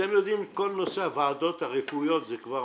כל נושא הוועדות הרפואיות זה כבר